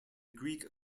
greek